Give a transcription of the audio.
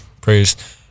praise